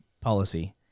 policy